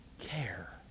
care